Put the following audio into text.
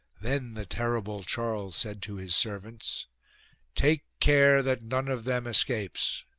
then the terrible charles said to his servants take care that none of them escapes.